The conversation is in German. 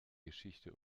geschichte